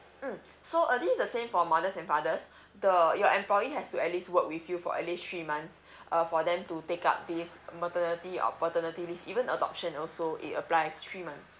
mm so uh this is the same for mothers and fathers the your employee has to at least work with you for at least three months uh for them to take up this maternity or paternity leave even adoption also it applies three months